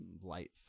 light